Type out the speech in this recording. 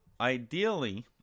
Ideally